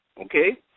okay